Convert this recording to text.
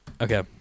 Okay